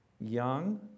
young